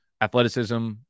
athleticism